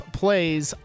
plays